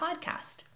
podcast